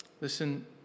Listen